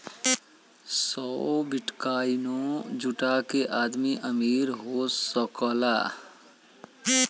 सौ बिट्काइनो जुटा के आदमी अमीर हो सकला